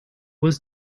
was